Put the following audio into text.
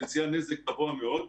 פוטנציאל נזק גבוה מאוד,